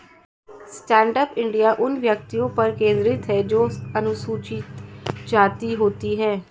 stand up India उन व्यक्तियों पर केंद्रित है जो अनुसूचित जाति होती है